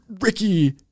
Ricky